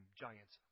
giants